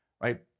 right